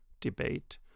debate